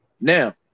Now